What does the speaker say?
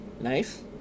Nice